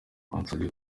bansabye